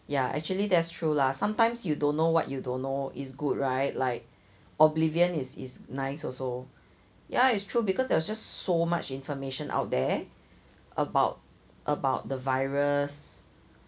ya actually that's true lah sometimes you don't know what you don't know is good right like oblivion is nice also ya it's true because there was just so much information out there about about the virus